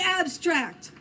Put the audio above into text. abstract